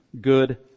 good